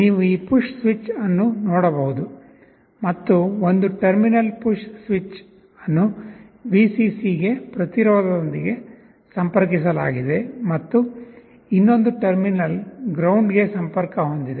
ನೀವು ಈ push switch ಅನ್ನು ನೋಡಬಹುದು ಮತ್ತು ಒಂದು ಟರ್ಮಿನಲ್ ಪುಶ್ ಸ್ವಿಚ್ ಅನ್ನು Vcc ಗೆ ಪ್ರತಿರೋಧದೊಂದಿಗೆ ಸಂಪರ್ಕಿಸಲಾಗಿದೆ ಮತ್ತು ಇನ್ನೊಂದು ಟರ್ಮಿನಲ್ ಗ್ರೌಂಡ್ ಗೆ ಸಂಪರ್ಕ ಹೊಂದಿದೆ